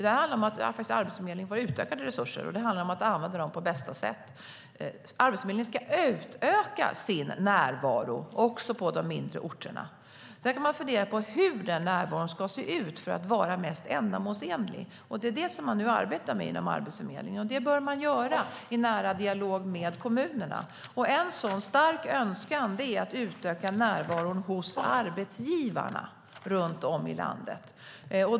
Det handlar faktiskt om att Arbetsförmedlingen får utökade resurser och om att använda dem på bästa sätt. Arbetsförmedlingen ska utöka sin närvaro också på de mindre orterna. Sedan kan man fundera på hur den närvaron ska se ut för att vara mest ändamålsenlig. Det är detta som man nu arbetar med inom Arbetsförmedlingen. Det bör man göra i nära dialog med kommunerna. En stark önskan är att man ska öka närvaron hos arbetsgivarna runt om i landet.